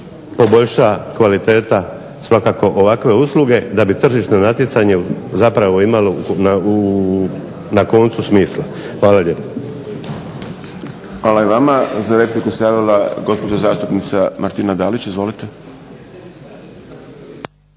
poboljša kvaliteta svakako ovakve usluge da bi tržišno natjecanje imalo na koncu smisla. Hvala lijepo. **Šprem, Boris (SDP)** Hvala i vama. Za repliku se javila gospođa zastupnica Martina Dalić. Izvolite.